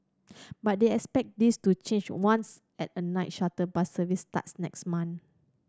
but they expect this to change once at a night shuttle bus service starts next month